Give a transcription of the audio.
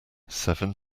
seven